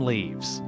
Leaves